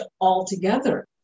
altogether